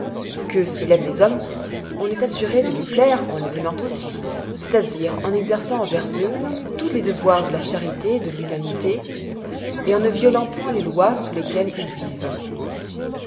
que s'il aime les hommes on est sûr de lui plaire en les aimant aussi c'est-à-dire en exerçant envers eux tous les devoirs de la charité et de l'humanité en ne violant point les lois sous lesquelles ils vivent